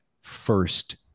first